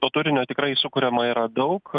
to turinio tikrai sukuriama yra daug